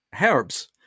herbs